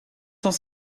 cent